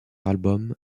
album